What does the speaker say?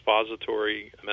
expository